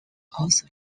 also